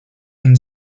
and